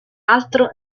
altro